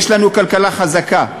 יש לנו כלכלה חזקה,